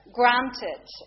granted